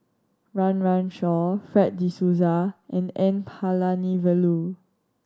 Run Run Shaw Fred De Souza and N Palanivelu